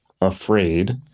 afraid